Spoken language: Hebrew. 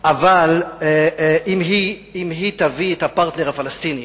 אבל אם היא תביא את הפרטנר הפלסטיני,